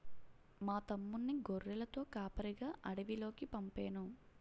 మా తమ్ముణ్ణి గొర్రెలతో కాపరిగా అడవిలోకి పంపేను